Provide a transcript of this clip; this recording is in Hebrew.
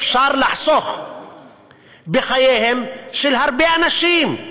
אפשר לחסוך בחייהם של הרבה אנשים.